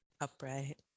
upright